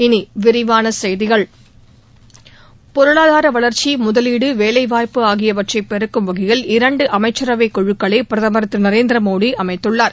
இனி விரிவான செய்திகள் பொருளாதார வளர்ச்சி முதலீடு வேலைவாய்ப்பு ஆகியவற்றை பெருக்கும் வகையில் இரண்டு அமைச்சரவை குழுக்களை பிரதம் திரு நரேந்திர மோடி அமைத்துள்ளார்